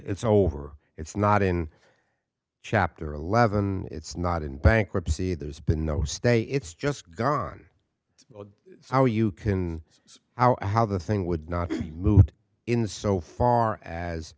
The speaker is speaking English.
it's over it's not in chapter eleven it's not in bankruptcy there's been no stay it's just gone how you can see how the thing would not move in the so far as